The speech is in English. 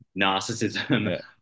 narcissism